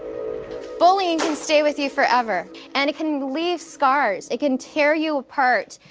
bullying can stay with you forever and it can leave scars. it can tear you apart.